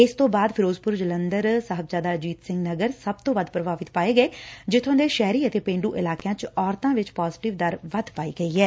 ਇਸ ਤੋਂ ਬਾਅਦ Firozpur Jalandhar S A S Nagar ਸਭ ਤੋਂ ਵੱਧ ਪ੍ਰਭਾਵਿਤ ਪਾਏ ਗਏ ਜਿਥੋਂ ਦੇ ਸ਼ਹਿਰੀ ਅਤੇ ਪੇਛ ਇਲਾਕਿਆ ਚ ਔਰਤਾ ਚ ਪਾਜ਼ੇਟਿਵ ਦਰ ਵੱਧ ਪਾਈ ਗਈ ਐ